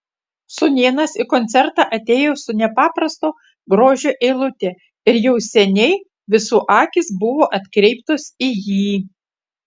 sūnėnas į koncertą atėjo su nepaprasto grožio eilute ir jau seniai visų akys buvo atkreiptos į jį